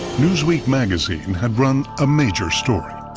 newsweek magazine had run a major story.